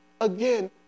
again